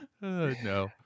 No